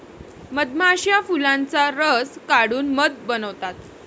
मधमाश्या फुलांचा रस काढून मध बनवतात